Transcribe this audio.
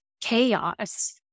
chaos